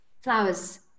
flowers